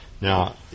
Now